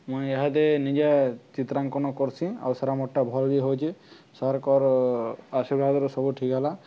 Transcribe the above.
ମୁଇଁ ଏହାଦେ ନିଜେ ଚିତ୍ରାଙ୍କନ କର୍ସି ଆଉ ସାର୍ ଆମ୍ରଟା ଭଲ୍ ବି ହଉଛେ ସାର୍ଙ୍କର ଆଶୀର୍ବାଦରୁ ସବୁ ଠିକ୍ ହେଲା